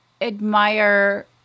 admire